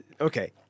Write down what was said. okay